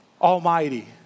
almighty